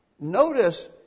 Notice